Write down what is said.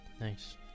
Nice